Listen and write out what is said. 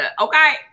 Okay